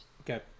okay